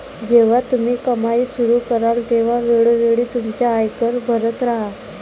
जेव्हा तुम्ही कमाई सुरू कराल तेव्हा वेळोवेळी तुमचा आयकर भरत राहा